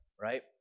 right